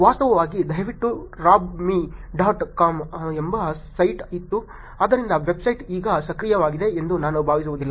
ವಾಸ್ತವವಾಗಿ ದಯವಿಟ್ಟು rob me dot com ಎಂಬ ಸೈಟ್ ಇತ್ತು ಆದ್ದರಿಂದ ವೆಬ್ಸೈಟ್ ಈಗ ಸಕ್ರಿಯವಾಗಿದೆ ಎಂದು ನಾನು ಭಾವಿಸುವುದಿಲ್ಲ